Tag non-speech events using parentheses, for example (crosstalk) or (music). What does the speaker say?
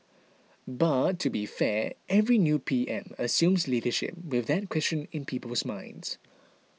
(noise) but to be fair every new P M assumes leadership with that question in people's minds